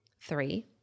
Three